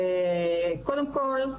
זה קודם כל,